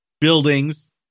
buildings